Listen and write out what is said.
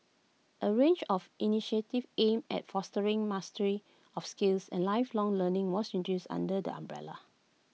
A range of initiatives aimed at fostering mastery of skills and lifelong learning was introduced under the umbrella